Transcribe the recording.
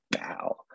wow